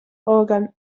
organ